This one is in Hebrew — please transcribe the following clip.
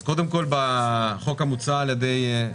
אז קודם כל בחוק המוצע על ידי,